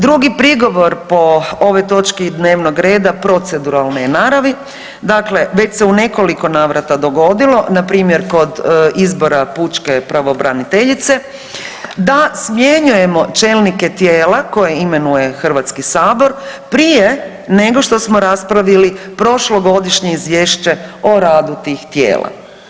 Drugi prigovor po ovoj točki dnevnog reda proceduralne je naravi, dakle već se je u nekoliko navrata dogodilo npr. kod izbora pučke pravobraniteljice da smjenjujemo čelnike tijela koje imenuje HS prije nego što smo raspravili prošlogodišnje izvješće o radu tih tijela.